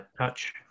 touch